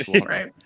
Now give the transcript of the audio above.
Right